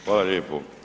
Hvala lijepo.